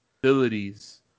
abilities